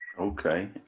Okay